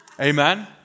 Amen